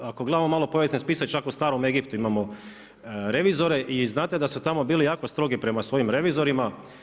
Ako gledamo malo povijesne spise čak u starom Egiptu imamo revizore i znate da su tamo bili jako strogi prema svojim revizorima.